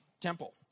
temple